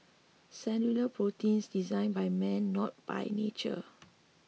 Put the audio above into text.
cellular proteins designed by man not by nature